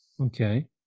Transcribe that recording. Okay